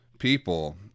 people